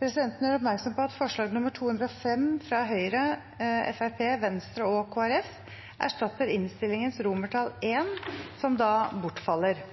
Presidenten gjør oppmerksom på at forslag nr. 205, fra Høyre, Fremskrittspartiet, Venstre og Kristelig Folkeparti, erstatter innstillingens I, som da bortfaller.